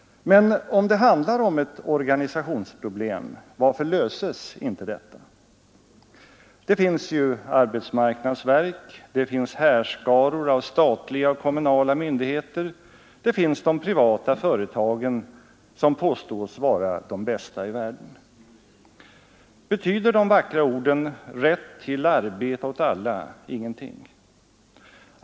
Men om det handlar om ett organisationsproblem, varför löses inte detta? Det finns ju arbetsmarknadsverk, det finns härskaror av statliga och kommunala myndigheter, det finns de privata företagen som påstås vara de bästa i världen. Betyder de vackra orden ”rätt till arbete åt alla” ingenting?